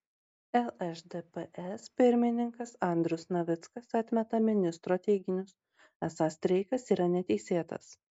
lšdps pirmininkas andrius navickas atmeta ministro teiginius esą streikas yra neteisėtas